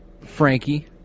Frankie